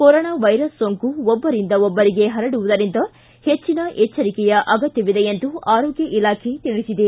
corona virus ಸೋಂಕು ಒಬ್ಬರಿಂದ ಒಬ್ಬರಿಗೆ ಪರಡುವುದರಿಂದ ಹೆಚ್ಚಿನ ಎಚ್ವರಿಕೆಯ ಅಗತ್ತವಿದೆ ಎಂದು ಆರೋಗ್ಯ ಇಲಾಖೆ ತಿಳಿಸಿದೆ